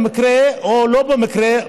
במקרה או לא במקרה,